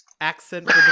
accent